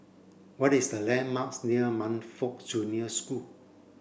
what is the landmarks near Montfort Junior School